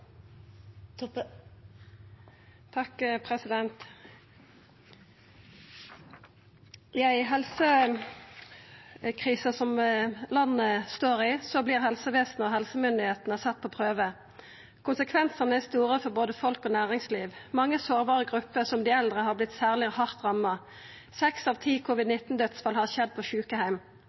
som den landet står i, vert helsevesenet og helsestyresmaktene sette på prøve. Konsekvensane er store for både folk og næringsliv. Mange sårbare grupper, som dei eldre, har vorte særleg hardt ramma. Seks av ti covid-19-dødsfall har skjedd på